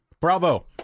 bravo